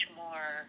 more